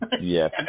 Yes